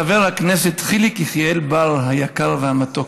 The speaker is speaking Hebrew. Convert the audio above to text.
חבר הכנסת חיליק יחיאל בר היקר והמתוק.